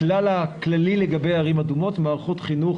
הכלל הכללי לגבי ערים אדומות, מערכות חינוך